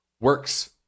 works